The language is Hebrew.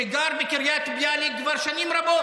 שגר בקריית ביאליק כבר שנים רבות.